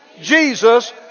Jesus